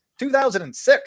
2006